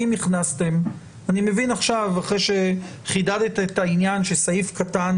אני מבין עכשיו, אחרי שחידדת את העניין שסעיף קטן